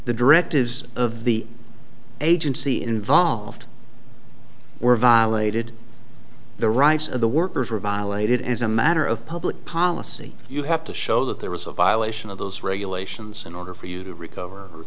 the directives of the agency involved were violated the rights of the workers were violated as a matter of public policy you have to show that there was a violation of those regulations in order for you to recover